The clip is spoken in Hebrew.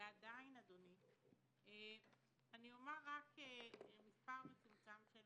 ועדיין, אדוני, אומר מספר מצומצם של